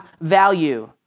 value